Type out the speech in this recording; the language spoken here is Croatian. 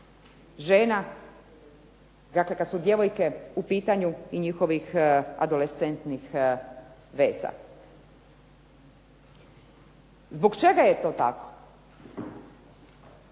žena, dakle kada su djevojke u pitanju i njihovih adolescentnih veza. Zbog čega je to tako?